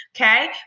okay